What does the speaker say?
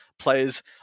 Players